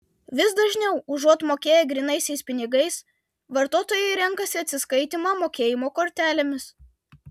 vis dažniau užuot mokėję grynaisiais pinigais vartotojai renkasi atsiskaitymą mokėjimo kortelėmis